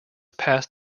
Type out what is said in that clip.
passed